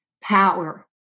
power